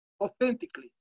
authentically